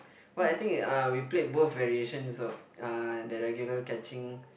but I think uh we played both variations of uh the regular catching